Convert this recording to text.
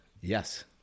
Yes